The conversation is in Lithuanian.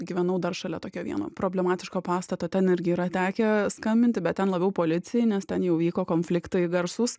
gyvenau dar šalia tokio vieno problematiško pastato ten irgi yra tekę skambinti bet ten labiau policijai nes ten jau vyko konfliktai garsūs